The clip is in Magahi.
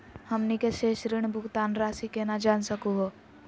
हमनी के शेष ऋण भुगतान रासी केना जान सकू हो?